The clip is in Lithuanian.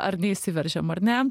ar neįsiveržiam ar ne